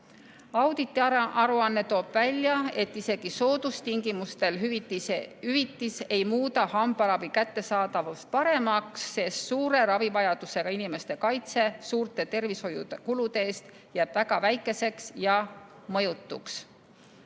Auditiaruanne toob välja, et isegi soodustingimustel hüvitis ei muuda hambaravi kättesaadavust paremaks, sest suure ravivajadusega inimeste kaitse suurte tervishoiukulude eest jääb väga väikeseks ja mõjutuks.